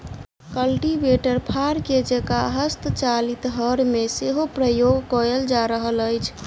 cultivator फार के जेंका हस्तचालित हर मे सेहो प्रयोग कयल जा रहल अछि